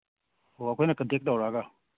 ꯑꯣ ꯑꯩꯈꯣꯏꯅ ꯀꯟꯇꯦꯛ ꯇꯧꯔꯒ